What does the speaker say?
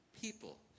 people